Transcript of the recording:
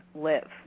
live